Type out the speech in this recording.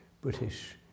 British